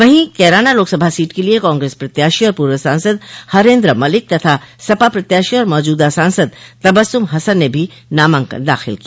वहीं कैराना लोकसभा सीट के लिए कांग्रेस प्रत्याशी और पूर्व सांसद हरेन्द्र मलिक तथा सपा प्रत्याशी और मौजूदा सांसद तबस्सुम हसन ने भी नामांकन दाखिल किया